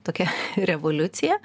tokia revoliucija